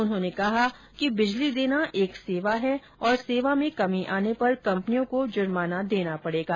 उन्होंने कहा कि बिजली देना एक सेवा है और सेवा में कमी आने पर कंपनियों को जुर्माना देना पडेगा